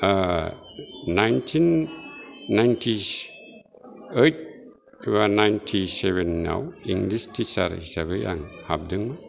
nineteen ninety ओइद एबा ninety सेभेनाव इंलिश टिचार हिसाबै आं हाबदों